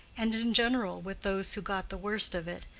and in general with those who got the worst of it,